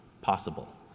possible